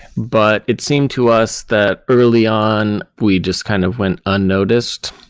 but it seemed to us that early on, we just kind of went unnoticed.